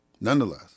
Nonetheless